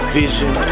vision